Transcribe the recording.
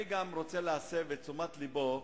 אני גם רוצה להסב את תשומת לבו